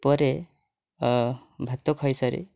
ପରେ ଭାତ ଖାଇସାରି